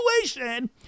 situation